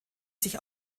sich